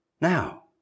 now